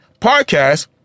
podcast